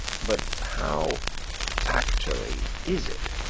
but how actually is it?